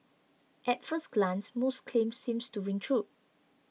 at first glance Musk's claim seems to ring true